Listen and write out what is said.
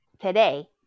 Today